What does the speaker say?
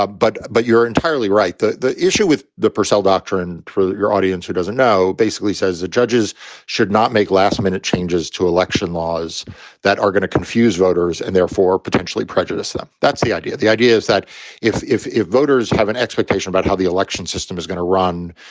ah but but you're entirely right. the the issue with the purcell doctrine for your audience, who doesn't know, basically says the judges should not make last minute changes to election laws that are going to confuse voters and therefore potentially prejudice them. that's the idea. the idea is that if if voters have an expectation about how the election system is going to run,